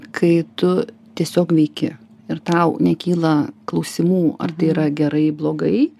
kai tu tiesiog veiki ir tau nekyla klausimų ar tai yra gerai blogai